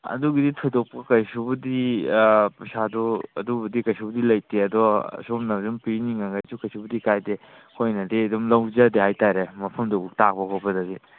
ꯑꯗꯨꯒꯤꯗꯤ ꯊꯣꯏꯗꯣꯛꯄ ꯀꯩꯁꯨꯕꯨꯗꯤ ꯄꯩꯁꯥꯗꯣ ꯑꯗꯨꯕꯨꯗꯤ ꯀꯩꯁꯨꯕꯨꯗꯤ ꯂꯩꯇꯦ ꯑꯗꯣ ꯁꯣꯝꯅ ꯑꯗꯨꯝ ꯄꯤꯅꯤꯡꯉꯒꯁꯨ ꯀꯩꯁꯨꯕꯨꯗꯤ ꯀꯥꯏꯗꯦ ꯑꯩꯈꯣꯏꯅꯗꯤ ꯑꯗꯨꯝ ꯂꯧꯖꯗꯦ ꯍꯥꯏꯇꯥꯔꯦ ꯃꯐꯝꯗꯨ ꯇꯥꯛꯄ ꯈꯣꯠꯄꯗꯗꯤ